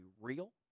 real